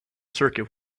circuit